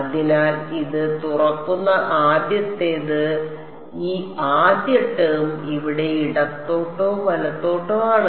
അതിനാൽ അത് തുറക്കുന്ന ആദ്യത്തേത് ഈ ആദ്യ ടേം ഇവിടെ ഇടത്തോട്ടോ വലത്തോട്ടോ ആണ്